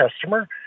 customer